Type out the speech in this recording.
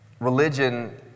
religion